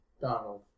Donald